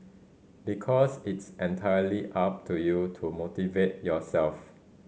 because it's entirely up to you to motivate yourself